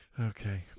Okay